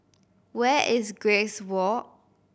where is Grace Walk